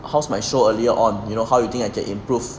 how's my show earlier on you know how you think I can improve